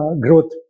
growth